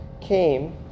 came